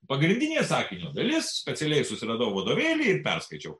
pagrindinė sakinio dalis specialiai susiradau vadovėlį ir perskaičiau